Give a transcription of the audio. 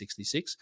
66